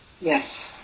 Yes